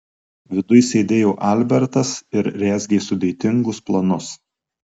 viduj sėdėjo albertas ir rezgė sudėtingus planus